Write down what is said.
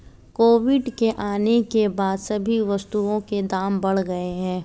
Covid के आने के बाद सभी वस्तुओं के दाम बढ़ गए हैं